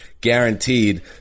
guaranteed